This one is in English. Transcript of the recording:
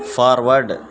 forward